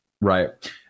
right